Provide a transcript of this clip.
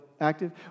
active